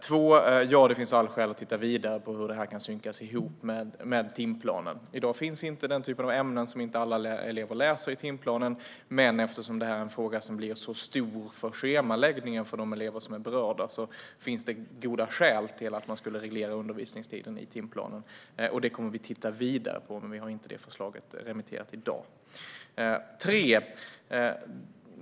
För det andra finns det alla skäl att titta vidare på hur det här kan synkas med timplanen. I dag finns inte den typ av ämnen som inte alla elever läser i timplanen, men eftersom det här är en fråga som blir stor för schemaläggningen för de elever som är berörda finns det goda skäl att reglera undervisningstiden i timplanen. Det kommer vi att titta vidare på, men vi har inte det förslaget remitterat i dag.